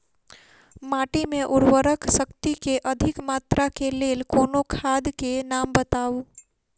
माटि मे उर्वरक शक्ति केँ अधिक मात्रा केँ लेल कोनो खाद केँ नाम बताऊ?